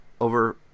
over